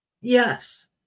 Yes